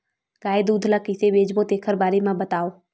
गाय दूध ल कइसे बेचबो तेखर बारे में बताओ?